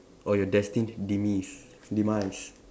or your destined demise demise